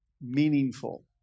meaningful